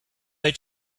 they